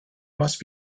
must